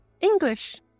English